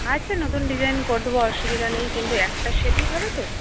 আচ্ছা নতুন ডিজাইন করে দেবো অসুবিধা নেই কিন্তু একটা সেটই হবে তো